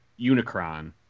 Unicron